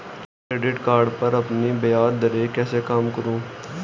मैं credit card पर अपनी ब्याज दरें कैसे कम करूँ?